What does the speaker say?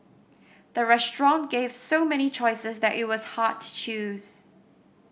the restaurant gave so many choices that it was hard to choose